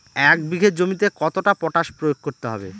এক বিঘে জমিতে কতটা পটাশ প্রয়োগ করতে হবে?